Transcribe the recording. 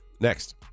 Next